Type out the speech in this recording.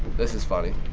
this is funny.